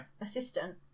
assistant